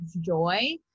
joy